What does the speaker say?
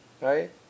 right